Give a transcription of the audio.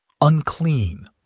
Unclean